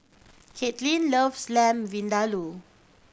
Caitlynn loves Lamb Vindaloo